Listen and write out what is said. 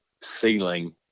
ceiling